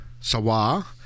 Sawa